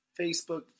Facebook